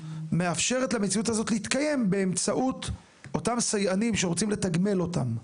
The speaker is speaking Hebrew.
מאפשרת למציאות הזאת להתקיים באמצעות אותם סייענים שרוצים לתגמל אותם.